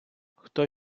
хто